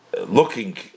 Looking